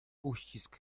uścisk